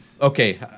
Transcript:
okay